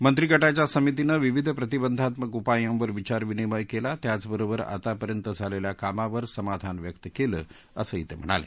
मंत्रीगटाच्या समितीनं विविध प्रतिबंधात्मक उपायांवर विचार विनिमय केला त्याचबरोबर आतापर्यंत झालेल्या कामावर समाधान व्यक्त केलं असंही तेम्हणाले